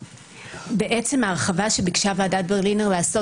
בעצם ההרחבה שביקשה ועדת ברלינר לעשות